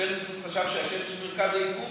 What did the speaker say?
קופרניקוס חשב שהשמש היא מרכז היקום,